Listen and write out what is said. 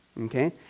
Okay